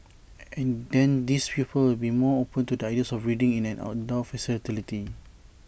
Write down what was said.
and then these people will be more open to the ideas of breeding in an indoor facility